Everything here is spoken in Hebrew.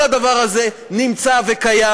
כל הדבר הזה נמצא וקיים,